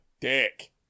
dick